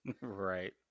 Right